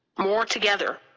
more together.